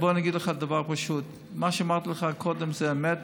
בוא אני אגיד לך דבר פשוט: מה שאמרתי לך קודם זה אמת.